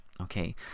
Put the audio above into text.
Okay